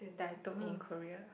that I took in Korea